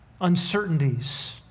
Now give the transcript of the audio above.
uncertainties